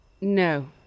No